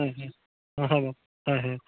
হয় হয় অঁ হ'ব হয় হয়